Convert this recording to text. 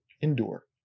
endure